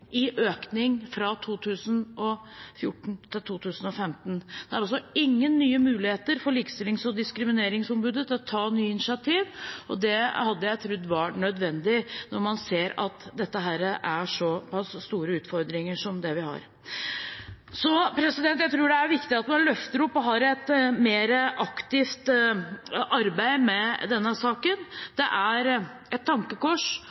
i økning fra 2014 til 2015. Det er altså ingen muligheter for Likestillings- og diskrimineringsombudet til å ta nye initiativ, og det hadde jeg trodd var nødvendig når man ser såpass store utfordringer som dem vi har. Jeg tror det er viktig at man løfter opp og arbeider mer aktivt med denne saken. Det er et tankekors